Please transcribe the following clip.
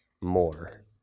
more